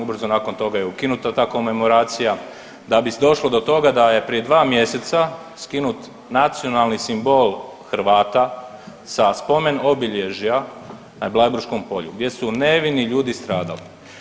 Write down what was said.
Ubrzo nakon toga je ukinuta ta komemoracija da bi došlo do toga da je prije 2 mjeseca skinut nacionalni simbol Hrvata sa spomen obilježja na Bleiburškom polju gdje su nevini ljudi stradali.